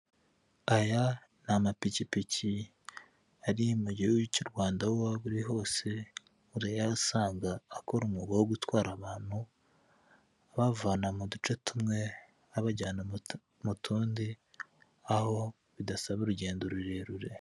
Mu nzu mu ruganiriro hari intebe hari televiziyo hari ibirahure hari amarido hari aho bacanira itara n'aho bacaangiga hari utumeza dutoya turi imbere y'intebe..